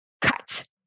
Cut